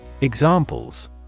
Examples